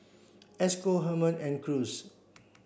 Esco Hermon and Cruz